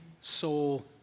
soul